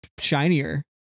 shinier